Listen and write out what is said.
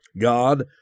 God